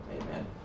Amen